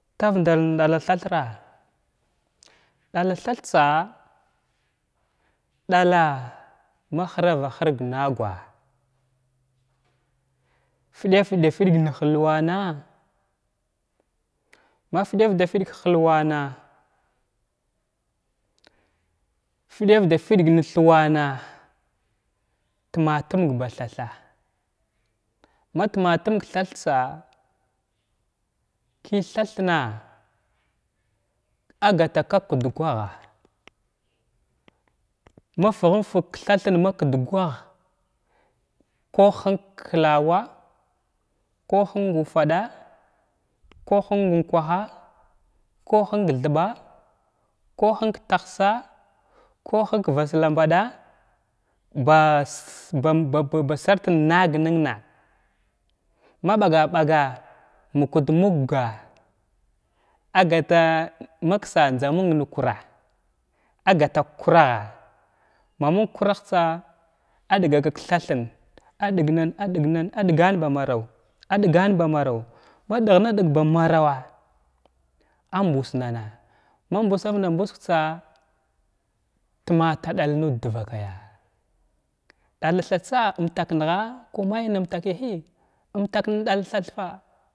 Tar ndar ɗala thatha’a, ɗalla thathtsa ɗala ma hravatir na agwa fdar dafəg həlwana’a ma fdəv dafəg həhwana’a fdav dafəg lehwana’a tuma dumg ba thatha’a ma tuma timg ba thatha’a ma tuma timg thath tsa kəy thathna agata ka kuɗgaha mafhum fəg ka thathən ma kudgaha kuhəng klawa’a ku həngh ufaɗa ku həng unkwaha ku həng thɓala ku həng tahsala ku həng vastaɗa bnada’a dus ba sartən nagnənna’a ma ɓaga ɓaga mukut mugha adda ta maksa məng na kura agata ka kuragha ma məng ku ragh tsa a ɗkaka thathən adəgnan adəgnana adəgnana ba maraw ma ɗəgna dəg ba marawa’a a mbusnana ma mbusavna busg tsa tuma taɗag nud dvakəya dala thathtsa umtaknaghku may umtakə həy umtak ɗala thath fa.